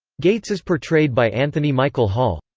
gates is portrayed by anthony michael hall.